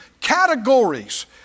Categories